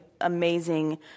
amazing